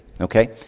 Okay